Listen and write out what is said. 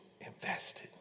invested